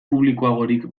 publikoagorik